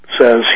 says